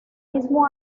mismo